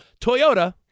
Toyota